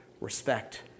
respect